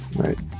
right